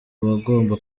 bagomba